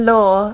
Law